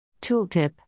Tooltip